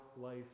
life